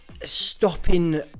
stopping